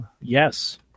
yes